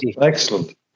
excellent